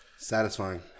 satisfying